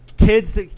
Kids